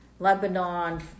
Lebanon